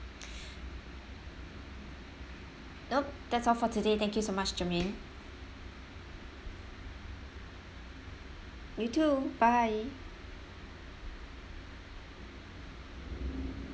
nope that's all for today thank you so much germaine you too bye